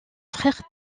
frère